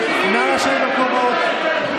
לשבת במקום.